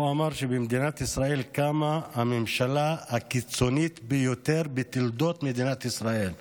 הוא אמר שבמדינת ישראל קמה הממשלה הקיצונית ביותר בתולדות מדינת ישראל.